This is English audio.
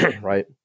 Right